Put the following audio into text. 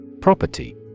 Property